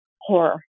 horror